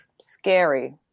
Scary